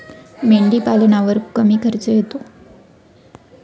मेंढीपालनावर कमी खर्च येतो